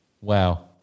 Wow